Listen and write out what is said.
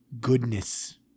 goodness